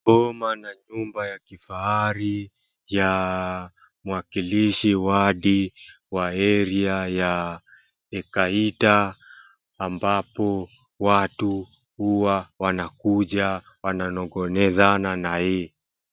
Boma na nyumba ya kifahari, ya mwakilishiwa wadi wa area ya Kaita ambapo watu huwa wanakuja wananong'onezana na yeye.